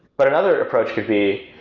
but another approach could be,